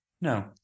No